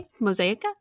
Mosaica